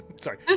Sorry